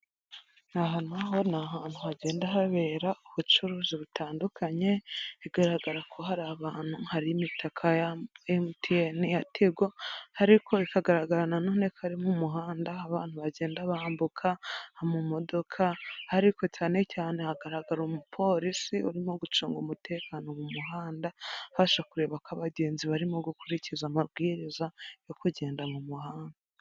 Aha na ho ni ahantu hagenda habera ubucuruzi butandukanye. Bigaragara ko hari abantu, hari imitaka ya MTN, iya TIGO, ariko bikagaragara na none ko ari mu muhanda. Aho abantu bagenda bambuka mu modoka, ariko cyane cyane hagaragara umupolisi urimo gucunga umutekano mu muhanda, ubasha kureba ko abagenzi barimo gukurikiza amabwiriza yo kugenda mu muhanda.